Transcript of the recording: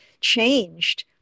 changed